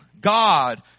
God